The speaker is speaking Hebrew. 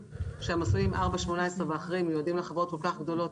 שהמסלולים 4.18 ואחרים מיועדים לחברות כל כך גדולות,